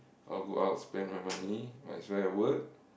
or go out spend my money might as well work